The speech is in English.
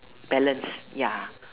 balance ya